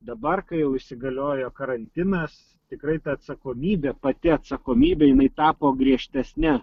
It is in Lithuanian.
dabar kai jau įsigaliojo karantinas tikrai ta atsakomybė pati atsakomybė jinai tapo griežtesnia